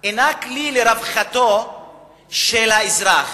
אינה כלי לרווחתו של האזרח,